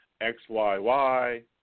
XYY